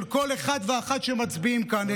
של כל אחד ואחת שמצביעים כאן.